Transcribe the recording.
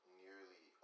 nearly